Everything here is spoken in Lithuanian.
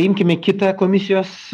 imkime kitą komisijos